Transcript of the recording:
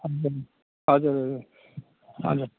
हजुर हजुर हजुर